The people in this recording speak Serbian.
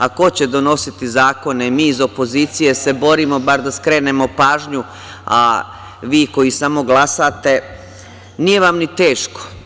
A ko će donositi zakone, mi iz opozicije se borimo bar da skrenemo pažnju, a vi koji samo glasate nije vam ni teško.